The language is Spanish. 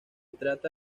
trata